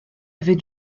avait